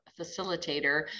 facilitator